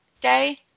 day